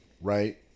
right